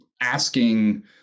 asking